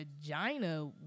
vagina